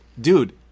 dude